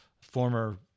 former